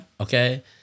Okay